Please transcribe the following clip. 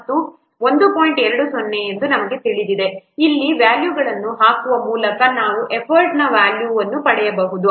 20 ಎಂದು ನಮಗೆ ತಿಳಿದಿದೆ ಇಲ್ಲಿ ವ್ಯಾಲ್ಯೂಗಳನ್ನು ಹಾಕುವ ಮೂಲಕ ನಾವು ಎಫರ್ಟ್ನ ವ್ಯಾಲ್ಯೂವನ್ನು ಪಡೆಯಬಹುದು